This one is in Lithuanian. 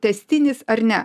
tęstinis ar ne